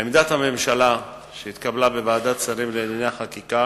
עמדת הממשלה שהתקבלה בוועדת שרים לענייני חקיקה